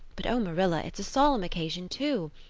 but oh, marilla, it's a solemn occasion too.